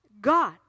God